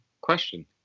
question